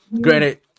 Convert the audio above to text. granted